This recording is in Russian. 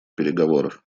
переговоров